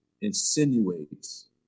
insinuates